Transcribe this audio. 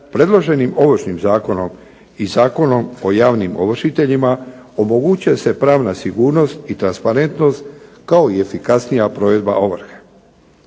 predloženim Ovršnim zakonom i Zakonom o javnim ovršiteljima omogućuje se pravna sigurnost i transparentnost kao i efikasnija provedba ovrhe.